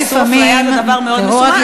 איסור הפליה זה דבר מאוד מסוים,